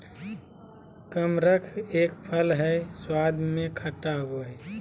कमरख एक फल हई स्वाद में खट्टा होव हई